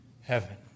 heaven